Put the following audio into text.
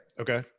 Okay